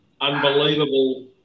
unbelievable